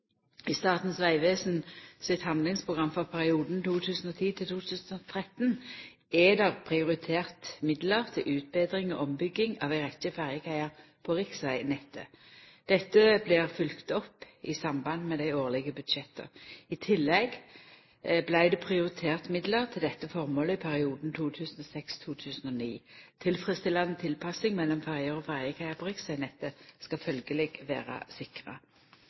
I Statens vegvesen sitt handlingsprogram for perioden 2010–2013 er det prioritert midlar til utbetring og ombygging av ei rekkje ferjekaiar på riksvegnettet. Dette blir følgt opp i samband med dei årlege budsjetta. I tillegg vart det prioritert midlar til dette formålet i perioden 2006–2009. Tilfredsstillande tilpassing mellom ferjer og ferjekaiar på riksvegnettet skal følgjeleg vera sikra.